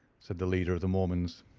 said the leader of the mormons.